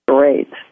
Great